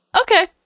Okay